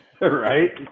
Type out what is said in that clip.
Right